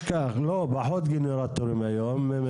לא, פחות גנרטורים היום.